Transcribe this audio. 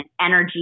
energy